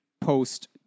post-